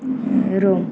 Rome